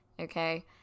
Okay